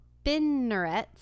Spinnerets